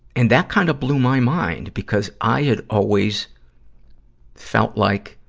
and that kind of blew my mind, because i had always felt like,